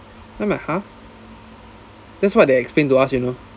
then I'm like ha that's what they explain to us you know